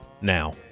now